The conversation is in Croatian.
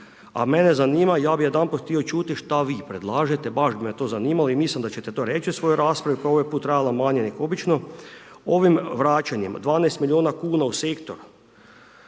A mene zanima, ja bih jedanput htio čuti šta vi predlažete, baš bi me to zanimalo i mislim da ćete to reći u svojoj raspravi koja je ovaj put trajala manje nego obično. Ovim vraćanjem 12 milijuna kuna u sektor,